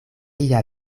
lia